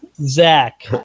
Zach